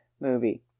movie